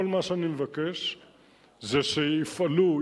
כל מה שאני מבקש זה שיפעלו,